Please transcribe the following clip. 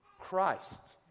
Christ